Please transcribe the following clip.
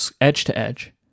edge-to-edge